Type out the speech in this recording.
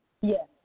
Yes